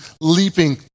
leaping